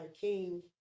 king